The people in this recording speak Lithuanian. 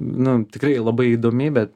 nu tikrai labai įdomi bet